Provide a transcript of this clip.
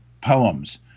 poems